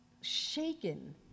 shaken